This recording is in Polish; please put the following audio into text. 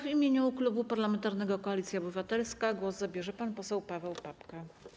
W imieniu Klubu Parlamentarnego Koalicja Obywatelska głos zabierze pan poseł Paweł Papke.